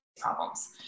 problems